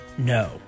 no